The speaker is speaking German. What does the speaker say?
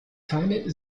keine